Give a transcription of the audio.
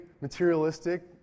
materialistic